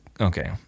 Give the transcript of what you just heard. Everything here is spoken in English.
okay